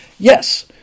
Yes